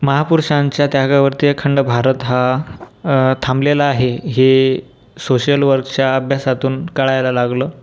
महापुरुषांच्या त्यागावरती अखंड भारत हा थांबलेला आहे हे सोशल वर्कच्या अभ्यासातून कळायला लागलं